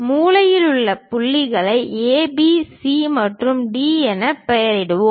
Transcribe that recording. மூலையில் உள்ள புள்ளிகளை ஏ பி சி மற்றும் டி என பெயரிடுவோம்